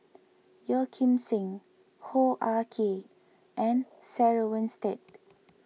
Yeo Kim Seng Hoo Ah Kay and Sarah Winstedt